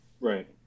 right